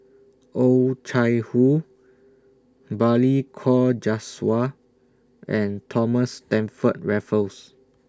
Oh Chai Hoo Balli Kaur Jaswal and Thomas Stamford Raffles